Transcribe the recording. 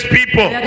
people